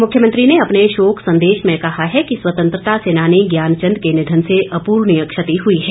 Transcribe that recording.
मुख्यमंत्री ने अपने शोक संदेश में कहा कि स्वतंत्रता सेनानी ज्ञान चंद के निधन से अपूर्णीय क्षति हुई हैं